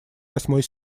восьмой